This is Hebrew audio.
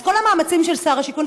אז כל המאמצים של שר השיכון,